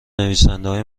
نویسندههای